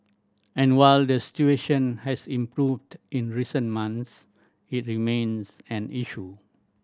and while the situation has improved in recent months it remains an issue